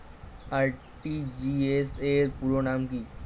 RTGS র পুরো নাম কি?